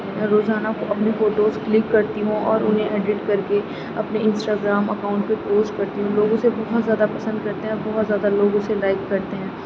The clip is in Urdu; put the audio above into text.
میں روزانہ اپنی فوٹوز کلک کرتی ہوں اور انہیں ایڈٹ کر کے اپنے انسٹاگرام اکاؤںٹ پہ پوسٹ کرتی ہوں لوگ اسے بہت زیادہ پسند کرتے ہیں اور بہت زیادہ لوگ اسے لائک کرتے ہیں